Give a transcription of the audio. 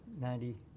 ninety